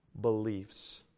beliefs